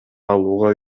алууга